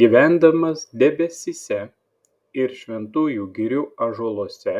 gyvendamas debesyse ir šventųjų girių ąžuoluose